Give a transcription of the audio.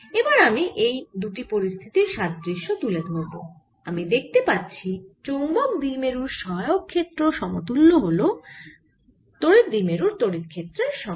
এবার আমি এই দুটি পরিস্থিতির সাদৃশ্য তুলে ধরব আমি দেখতে পাচ্ছি চৌম্বক দ্বিমেরুর সহায়ক ক্ষেত্র সমতুল্য হল তড়িৎ দ্বিমেরুর তড়িৎ ক্ষেত্রের সঙ্গে